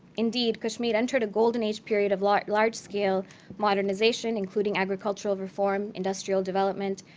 indeed, kashmir entered a golden age period of like large-scale modernization, including agricultural reform, industrial development,